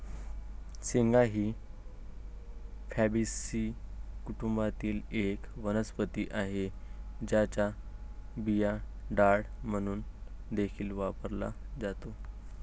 शेंगा ही फॅबीसी कुटुंबातील एक वनस्पती आहे, ज्याचा बिया डाळ म्हणून देखील वापरला जातो